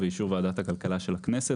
ובאישור ועדת הכלכלה של הכנסת,